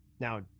Now